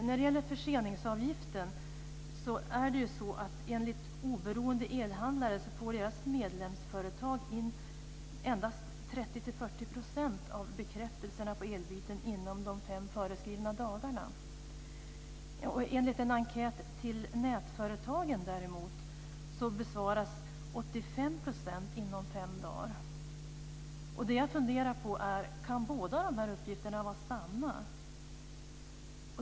När det gäller förseningsavgiften så är det enligt oberoende elhandlare så att deras medlemsföretag får in endast 30-40 % av bekräftelserna på elbyten inom de fem föreskrivna dagarna. 85 % inom fem dagar. Det jag funderar på är: Kan båda dessa uppgifter vara sanna?